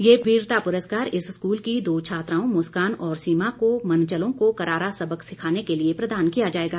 ये वीरता पुरस्कार इस स्कूल की दो छात्राओं मुस्कान और सीमा को मनचलों को करारा सबक सिखाने के लिए प्रदान किया जाएगा